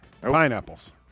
pineapples